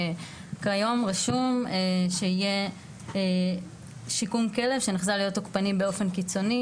כיום רשום שיהיה "שיקום כלב שנחזה להיות תוקפני באופן קיצוני".